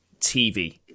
TV